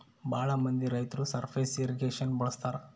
ಭಾಳ ಮಂದಿ ರೈತರು ಸರ್ಫೇಸ್ ಇರ್ರಿಗೇಷನ್ ಬಳಸ್ತರ